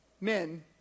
men